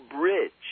bridge